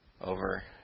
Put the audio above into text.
over